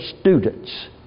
students